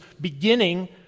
beginning